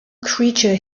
creature